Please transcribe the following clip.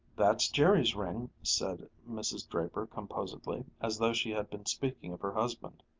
that's jerry's ring, said mrs. draper composedly, as though she had been speaking of her husband.